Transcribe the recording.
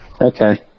Okay